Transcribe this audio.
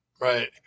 Right